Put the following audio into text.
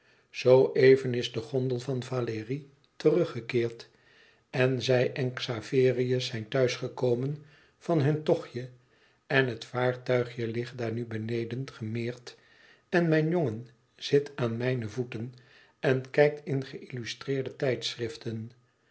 zoo even is de gondel van valérie teruggekeerd en zij en xaverius zijn thuis gekomen van hun tochtje en het vaartuigje ligt daar nu beneden gemeerd en mijn jongen zit aan mijne voeten en kijkt in geïllustreerde tijdschriften